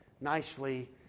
nicely